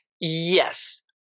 yes